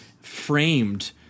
Framed